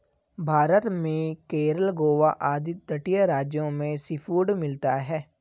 भारत में केरल गोवा आदि तटीय राज्यों में सीफूड मिलता है